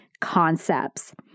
concepts